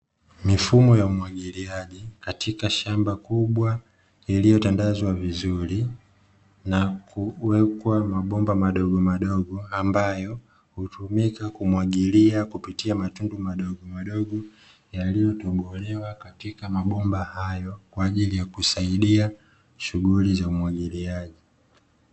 Mifumo ya umwagiliaji katika shamba kubwa iliyotandazwa vizuri na kuwekwa mabomba madogomadogo, ambayo hutumika kumwagilia kupitia matundu madogomadogo yaliyotobolewa, katika mabomba hayo kwa ajili ya kusaidia shughuli za ulimaji.